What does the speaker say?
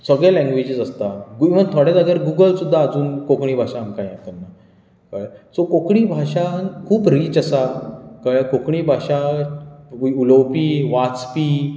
सगळे लॅंगवेजीस आसता Google Google सुद्दां आजून कोंकणी भाशा आमकां हें करना कळ्ळें सो कोंकणी भाशा खूब रीच आसा कळ्ळें कोंकणी भाशा उलोवपी वाचपी